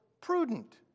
prudent